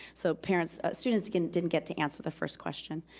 so parents, students, again, didn't get to answer the first question.